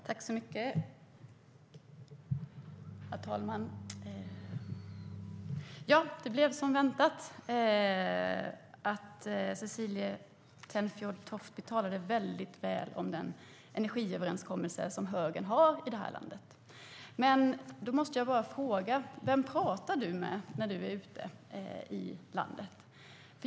Herr talman! Det blev som väntat, att Cecilie Tenfjord-Toftby talade väldigt väl om den energiöverenskommelse som högern i det här landet har. Men då måste jag bara fråga: Vem pratar du med när du är ute i landet?